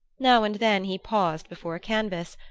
now and then he paused before a canvas,